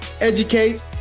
Educate